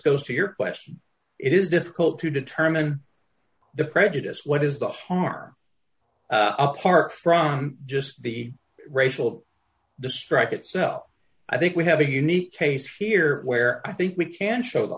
goes to your question it is difficult to determine the prejudice what is the harm apart from just the racial distract itself i think we have a unique case here where i think we can show the